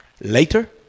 Later